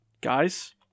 Guys